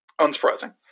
Unsurprising